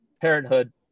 parenthood